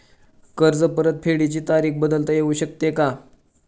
कर्ज परतफेडीची तारीख बदलता येऊ शकते का?